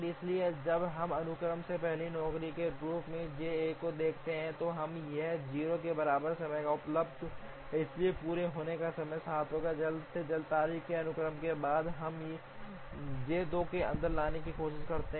इसलिए जब हम अनुक्रम में पहली नौकरी के रूप में जे 1 को देखते हैं तो अब यह 0 के बराबर समय पर उपलब्ध है इसलिए पूरा होने का समय 7 होगा जल्द से जल्द तारीखों के अनुक्रम के बाद हम जे 2 को अंदर लाने की कोशिश करते हैं